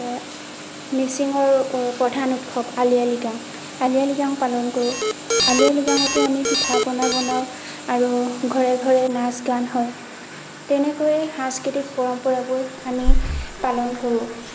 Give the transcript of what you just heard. মিচিঙৰ প্ৰধান উৎসৱ আলি আই লৃগাং আলি আই লৃগাং পালন কৰোঁ আলি আই লৃগাঙতো আমি পিঠা পনা বনাও আৰু ঘৰে ঘৰে নাচ গান হয় তেনেকৈয়ে সাংস্কৃতিক পৰম্পৰাবোৰ আমি পালন কৰোঁ